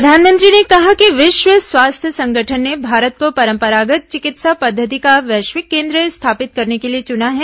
प्रधानमंत्री ने कहा कि विश्व स्वास्थ्य संगठन ने भारत को परंपरागत चिकित्सा पद्वति का वैश्विक केंद्र स्थापित करने के लिए चुना है